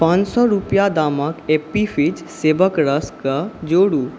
पाँच सओ रुपैआ दामके ऐप्पी फिज्ज सेबके रसके जोड़ू